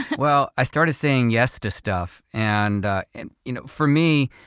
well, i started saying yes to stuff. and ah and you know for me,